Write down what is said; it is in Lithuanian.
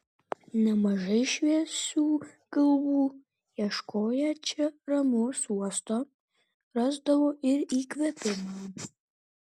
nemažai šviesių galvų ieškoję čia ramaus uosto rasdavo ir įkvėpimą